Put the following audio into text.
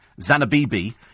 Zanabibi